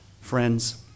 Friends